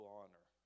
honor